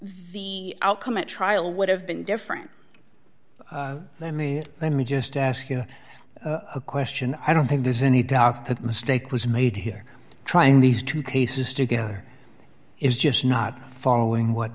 the outcome a trial would have been different i mean let me just ask you a question i don't think there's any talk that mistake was made here trying these two cases together is just not following what